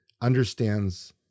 understands